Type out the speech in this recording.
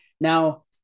Now